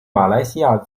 马来西亚